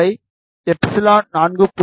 அவை எப்சிலனை 4